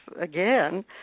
again